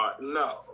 No